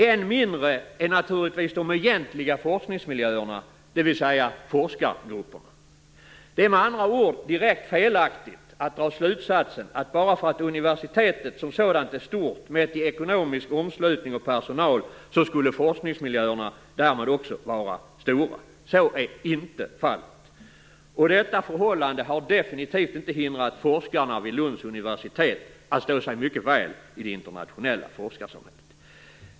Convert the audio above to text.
Än mindre är naturligtvis de egentliga forskningsmiljöerna, dvs. Det är med andra ord direkt felaktigt att dra slutsatsen, att bara därför att universitetet som sådant är stort mätt i ekonomisk omslutning och personal skulle forskningsmiljöerna därmed också vara stora. Så är inte fallet. Och detta förhållande har definitivt inte hindrat forskarna vid Lunds universitet att stå sig mycket väl i det internationella forskarsamhället.